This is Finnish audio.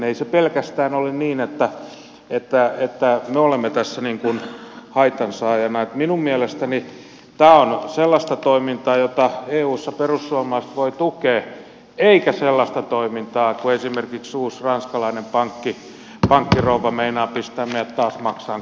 ei se pelkästään ole niin että me olemme tässä haitan saajana joten minun mielestäni tämä on sellaista toimintaa jota eussa perussuomalaiset voi tukea eikä sellaista toimintaa kuin se että esimerkiksi uusi ranskalainen pankkirouva meinaa pistää meidät taas maksamaan kaikki pankkituet